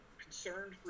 concerned